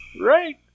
Right